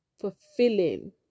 Fulfilling